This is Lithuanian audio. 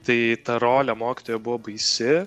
tai ta rolė mokytojo buvo baisi